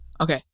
Okay